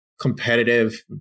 competitive